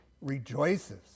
rejoices